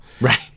Right